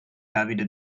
davide